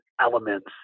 elements